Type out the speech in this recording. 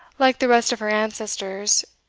like the rest of her ancestors,